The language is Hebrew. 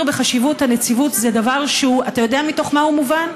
בחשיבות הנציבות זה דבר שאתה יודע מתוך מה הוא מובן?